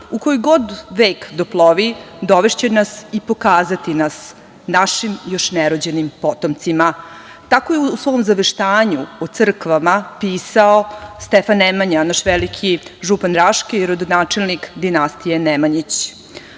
U koji god vek doplovi dovešće nas i pokazati nas našim još nerođenim potomcima.“ Tako je u svom „Zaveštanju“ o crkvama pisao Stefan Nemanja, naš veliki župan Raški, rodonačelnik dinastije Nemanjić. Tako